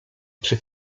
przy